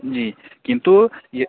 जि किन्तु य